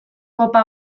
kopa